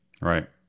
Right